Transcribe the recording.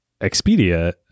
Expedia